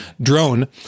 Drone